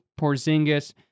Porzingis